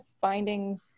finding